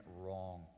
wrong